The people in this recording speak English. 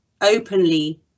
openly